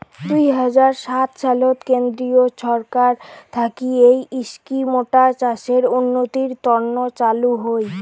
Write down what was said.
দুই হাজার সাত সালত কেন্দ্রীয় ছরকার থাকি এই ইস্কিমটা চাষের উন্নতির তন্ন চালু হই